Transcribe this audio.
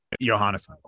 johannes